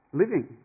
living